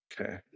Okay